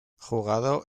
jugado